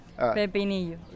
pepinillo